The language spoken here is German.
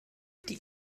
die